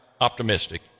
optimistic